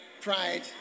pride